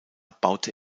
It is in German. baute